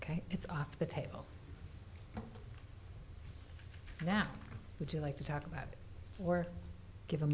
ok it's off the table now would you like to talk about or give